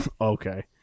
Okay